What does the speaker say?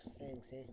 thanks